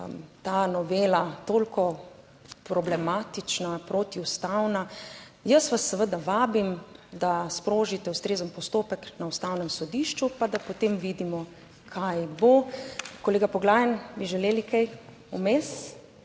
ta novela toliko problematična, protiustavna, jaz vas seveda vabim, da sprožite ustrezen postopek na Ustavnem sodišču pa da potem vidimo, kaj bo. Kolega Poglajen, bi želeli kaj vmes?